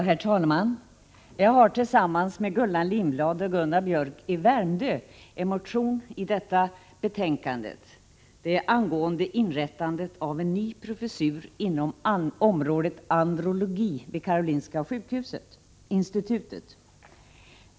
Herr talman! I detta betänkande behandlas en motion som jag tillsammans med Gullan Lindblad och Gunnar Biörck i Värmdö har väckt och som gäller frågan om inrättandet av en ny professur inom området andrologi vid Karolinska institutet.